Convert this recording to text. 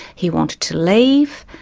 he wanted to leave,